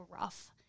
rough